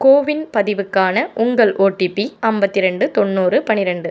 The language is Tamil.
கோவின் பதிவுக்கான உங்கள் ஓடிடி ஐம்பத்தி இரண்டு தொண்ணூறு பன்னிரண்டு